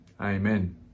Amen